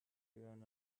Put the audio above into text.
earn